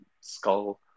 skull